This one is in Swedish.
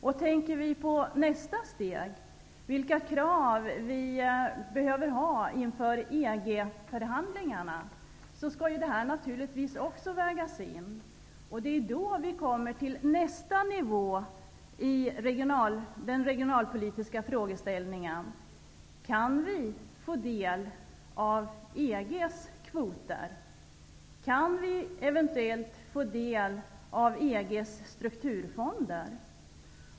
Nästa steg blir att fråga sig vilka krav vi behöver ha inför EG-förhandlingarna, och naturligtvis skall den här aspekten vägas in även i det sammanhanget. Det är ju då vi kommer till nästa nivå i den regionalpolitiska frågeställningen: Kan vi få del av EG:s kvoter? Kan vi eventuellt få del av EG:s strukturfonder?